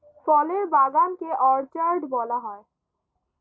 ফলের বাগান কে অর্চার্ড বলা হয়